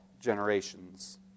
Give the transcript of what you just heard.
generations